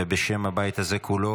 ובשם הבית הזה כולו,